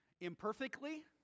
imperfectly